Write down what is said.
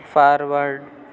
forward